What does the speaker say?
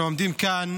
אנחנו עומדים כאן